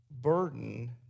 burden